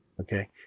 Okay